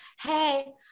hey